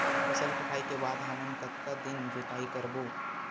फसल कटाई के बाद हमन कतका दिन जोताई करबो?